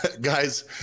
Guys